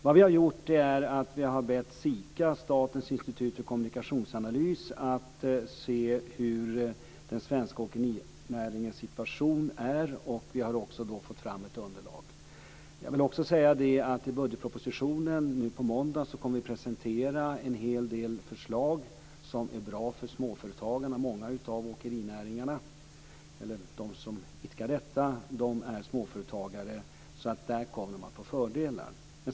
Vad vi har gjort är att vi har bett SIKA, Statens institut för kommunikationsanalys, att se hur den svenska åkerinäringens situation är, och vi har då fått fram ett underlag. Jag vill också säga att vi i budgetpropositionen nu på måndag kommer att presentera en hel del förslag som är bra för småföretagarna, som det finns många av inom åkerinäringen. Där kommer man att få fördelar.